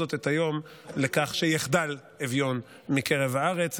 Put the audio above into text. זאת את היום לכך שיחדל אביון מקרב הארץ,